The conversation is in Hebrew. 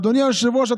אדוני היושב-ראש,